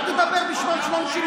אל תדבר בשמן של הנשים.